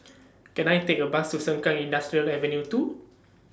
Can I Take A Bus to Sengkang Industrial Avenue two